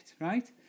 right